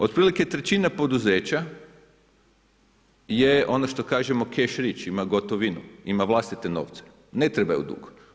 Otprilike trećina poduzeća je ono što kažemo, cash rich, ima gotovinu, ima vlastite novce, ne trebaju dug.